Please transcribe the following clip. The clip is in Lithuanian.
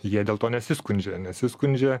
jie dėl to nesiskundžia nesiskundžia